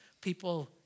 people